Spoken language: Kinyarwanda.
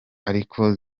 ariko